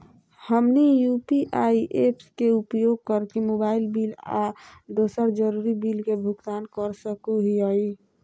हमनी UPI apps के उपयोग करके मोबाइल बिल आ दूसर जरुरी बिल के भुगतान कर सको हीयई